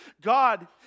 God